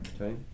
Okay